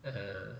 ah